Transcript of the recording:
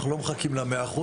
אנחנו לא מחכים ל-100%.